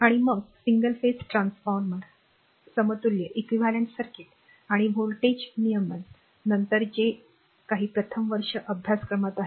आणि मग single phase transformer समतुल्य सर्किट आणि व्होल्टेज नियमन नंतर जे काही प्रथम वर्ष अभ्यासक्रम आहेत